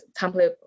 template